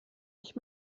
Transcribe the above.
ich